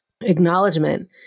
acknowledgement